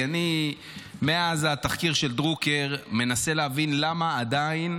כי אני מאז התחקיר של דרוקר מנסה להבין למה עדיין